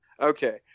Okay